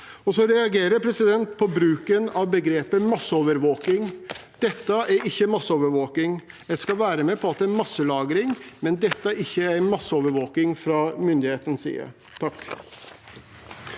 Jeg reagerer på bruken av begrepet masseovervåking. Dette er ikke masseovervåking. Jeg skal være med på at det er masselagring, men dette er ikke en masseovervåking fra myndighetenes side. Ine